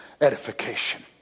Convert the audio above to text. edification